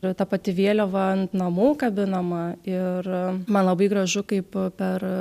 ir ta pati vėliava ant namų kabinama ir man labai gražu kaip per